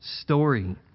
story